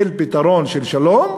של פתרון של שלום,